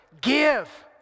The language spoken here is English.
give